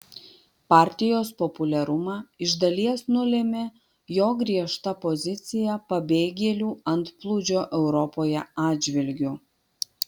partijos populiarumą iš dalies nulėmė jo griežta pozicija pabėgėlių antplūdžio europoje atžvilgiu